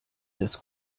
des